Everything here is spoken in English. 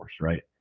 right